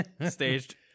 staged